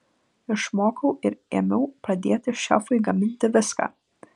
išmokau ir ėmiau padėti šefui gaminti viską